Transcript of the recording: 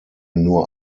nur